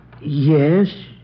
Yes